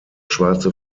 schwarze